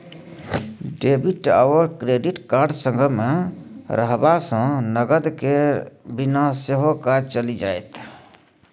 debit आओर credit card संगमे रहबासँ नगद केर बिना सेहो काज चलि जाएत